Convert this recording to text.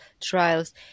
trials